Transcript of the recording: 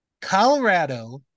Colorado